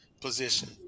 position